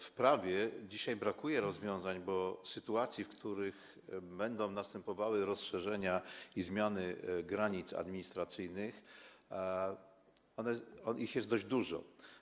W prawie dzisiaj brakuje rozwiązań, bo sytuacji, w których będą następowały rozszerzenia i zmiany granic administracyjnych, jest i będzie dość dużo.